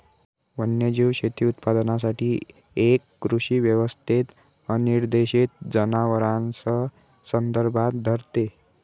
वन्यजीव शेती उत्पादनासाठी एक कृषी व्यवस्थेत अनिर्देशित जनावरांस संदर्भात धरते